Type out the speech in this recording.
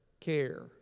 care